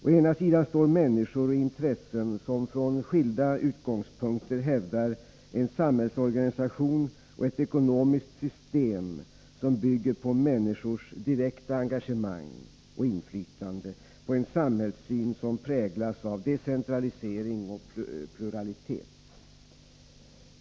Å ena sidan står människor och intressen som från skilda utgångspunkter hävdar en samhällsorganisation och ett ekonomiskt system som bygger på människors direkta engagemang och inflytande, på en samhällssyn som präglas av decentralisering och pluralitet.